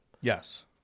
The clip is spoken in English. Yes